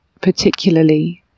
particularly